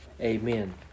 Amen